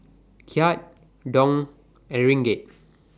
Kyat Dong and Ringgit